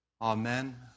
Amen